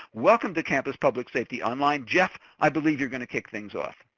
welcome to campus public safety online. jeff, i believe your gonna kick things off.